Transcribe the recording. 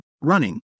running